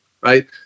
right